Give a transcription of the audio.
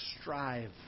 strive